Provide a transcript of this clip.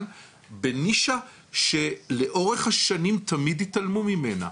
בנישה שלאורך השנים תמיד התעלמו ממנה,